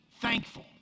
thankful